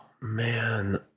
Man